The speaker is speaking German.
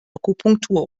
akupunktur